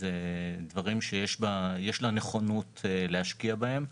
אלו דברים שיש לה נכונות להשקיע בהם,